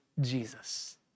Jesus